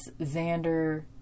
Xander